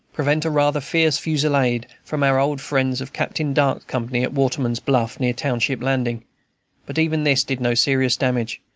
prevent a rather fierce fusilade from our old friends of captain dark's company at waterman's bluff, near township landing but even this did no serious damage,